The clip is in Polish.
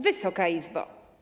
Wysoka Izbo!